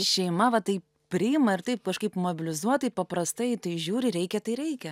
šeima va taip priima ir taip kažkaip mobilizuotai paprastai į tai žiūri reikia tai reikia